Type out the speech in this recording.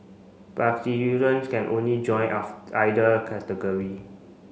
can only join us either category